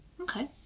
Okay